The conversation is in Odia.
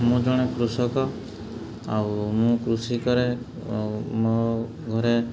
ମୁଁ ଜଣେ କୃଷକ ଆଉ ମୁଁ କୃଷି କରେ ମୋ ଘରେ